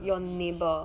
about your neighbour